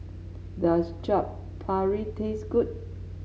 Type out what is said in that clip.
does Chaat Papri taste good